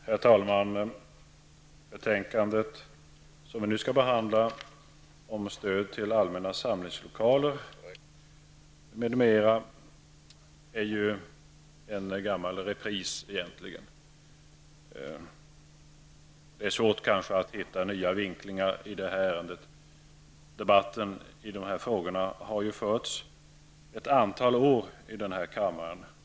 Herr talman! Betänkandet om stöd till allmänna samlingslokaler m.m., vilket vi nu skall behandla, är egentligen en gammal repris. Det är svårt att hitta nya vinklingar i detta ärende. Debatten i dessa frågor har förts ett antal år här i kammaren.